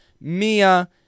Mia